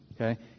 okay